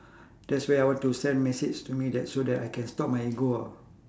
that's where I want to send message to me that so that I can stop my ego ah